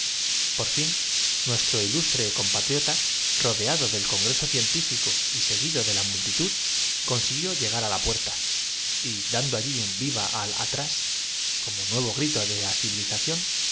por fin nuestro ilustre compatriota rodeado del congreso científico y seguido de la multitud consiguió llegar á la puerta y dando allí un viva al atrás como nuevo grito de la civilización